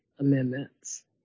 amendments